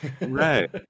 right